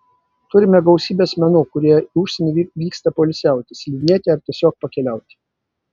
turime gausybę asmenų kurie į užsienį vyksta poilsiauti slidinėti ar tiesiog pakeliauti